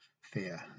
fear